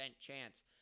chance